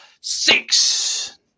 Six